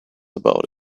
about